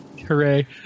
hooray